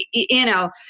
you know.